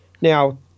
Now